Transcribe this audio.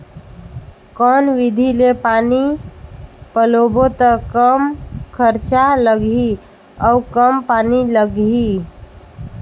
कौन विधि ले पानी पलोबो त कम खरचा लगही अउ कम पानी लगही?